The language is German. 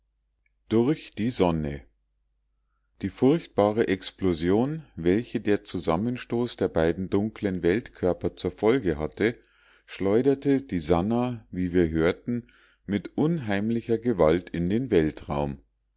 durch die sonne die furchtbare explosion welche der zusammenstoß der beiden dunklen weltkörper zur folge hatte schleuderte die sannah wie wir hörten mit unheimlicher gewalt in den weltraum